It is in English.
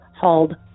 hauled